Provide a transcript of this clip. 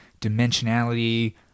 dimensionality